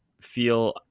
feel